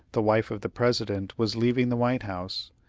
the wife of the president was leaving the white house,